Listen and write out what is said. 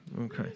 Okay